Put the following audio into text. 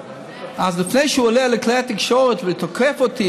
אז לפני שהוא עולה לכלי התקשורת ותוקף אותי